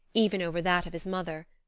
even over that of his mother.